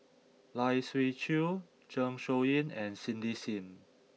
Lai Siu Chiu Zeng Shouyin and Cindy Sim